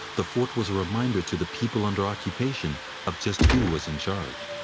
the fort was a reminder to the people under occupation of just who was in charge.